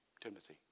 Timothy